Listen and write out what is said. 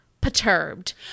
perturbed